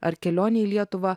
ar kelionė į lietuvą